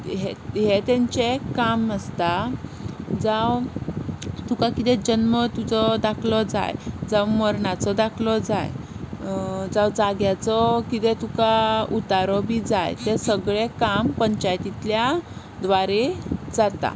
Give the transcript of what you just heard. हें तेंचे काम आसता जावं तुका कितें जल्म तुजो दाखलो जाय जावं मरणाचो दाखलो जाय जावं जाग्याचो कितें तुका उतारो बी जाय तें सगळें काम पंचायतींतल्या द्वारे जाता